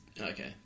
Okay